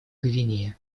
гвинее